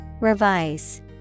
Revise